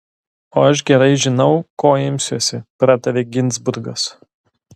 o aš gerai žinau ko imsiuosi pratarė ginzburgas